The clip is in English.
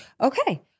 okay